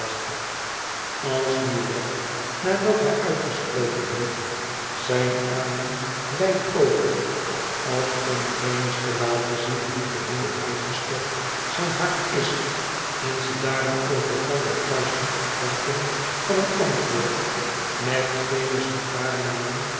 als nu wegg nadat hij uitgesproken heeft zijne armen wijd opent als om venus te laten zien hoe geheel uitgestort zijn hart is en ze daarom over elkander kruist in afwachting van een antwoord knijpt venus een paar malen